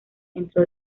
entre